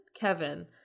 Kevin